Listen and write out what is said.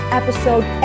episode